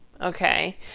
Okay